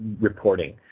reporting